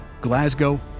Glasgow